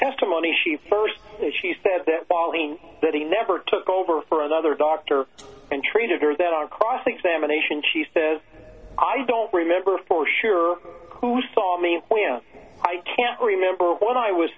testimony she first she says that pauline that he never took over for another doctor and treated her that on cross examination she says i don't remember for sure who saw me i can't remember when i was